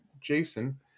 jason